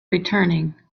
returning